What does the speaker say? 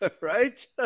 right